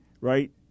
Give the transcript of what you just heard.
right